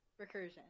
recursion